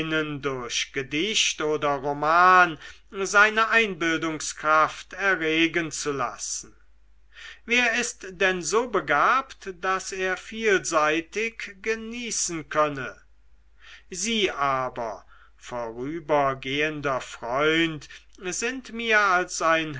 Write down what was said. durch gedicht oder roman seine einbildungskraft erregen zu lassen wer ist denn so begabt daß er vielseitig genießen könne sie aber vorübergehender freund sind mir als ein